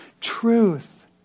truth